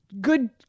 good